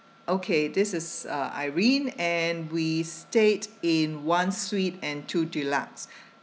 okay this is uh irene and we stayed in one suite and two deluxe